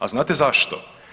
A znate zašto?